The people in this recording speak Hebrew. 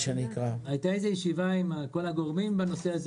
הייתה ישיבה עם כל הגורמים בנושא הזה